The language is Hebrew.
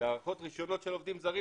הארכות רישיונות של עובדים זרים,